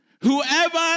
Whoever